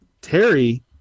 Terry